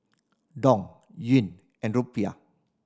Dong Yuan and Rupiah